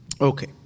Okay